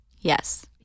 Yes